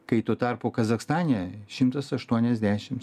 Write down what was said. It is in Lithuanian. kai tuo tarpu kazachstane šimtas aštuoniasdešims